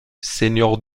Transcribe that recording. seigneur